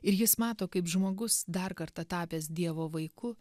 ir jis mato kaip žmogus dar kartą tapęs dievo vaiku